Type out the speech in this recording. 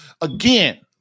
again